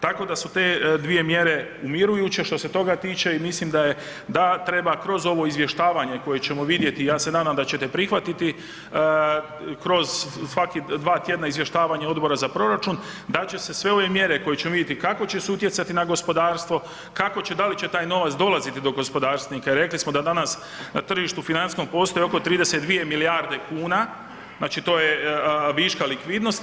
Tako da su te dvije mjere umirujuće što se toga tiče i mislim da je, da treba kroz ovo izvještavanje koje ćemo vidjeti, ja se nadam da ćete prihvatiti, kroz svaki dva tjedna izvještavanja Odbora za proračun, dal će se sve ove mjere koje ćemo vidjeti kako će se utjecati na gospodarstvo, kako će, da li će taj novac dolaziti do gospodarstvenika i rekli smo da danas na tržištu financijskom postoji oko 32 milijarde kuna, znači to je viška likvidnosti.